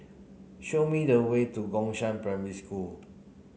show me the way to Gongshang Primary School